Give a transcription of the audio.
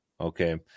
Okay